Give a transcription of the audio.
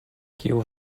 kiu